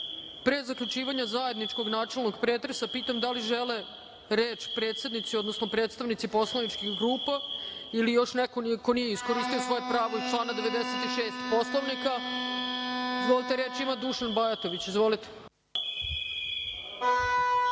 pre zaključivanja zajedničkog načelnog pretresa, pitam da li žele reč predsednici, odnosno predstavnici poslaničkih grupa ili još neko ko nije iskoristio svoje pravo iz člana 96. Poslovnika? Reč ima Dušan Bajatović. Izvolite. **Dušan